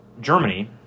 Germany